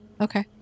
Okay